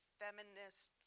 feminist